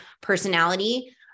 personality